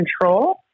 control